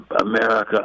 America